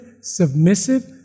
submissive